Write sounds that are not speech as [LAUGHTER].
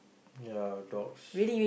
ya dogs [NOISE]